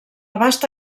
vasta